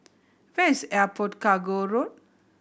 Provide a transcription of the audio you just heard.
where is Airport Cargo Road